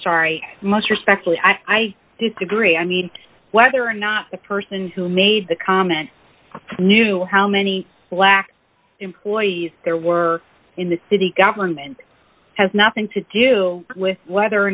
sorry must respectfully i disagree i need whether or not a person who made the comment knew how many black employees there were in the city government has nothing to do with whether or